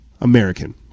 American